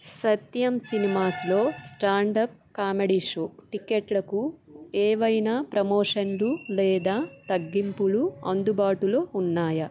సత్యం సినిమాస్లో stand up comedy show టిక్కెట్లకు ఏవైనా ప్రమోషన్లు లేదా తగ్గింపులు అందుబాటులో ఉన్నాయా